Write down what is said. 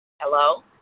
Hello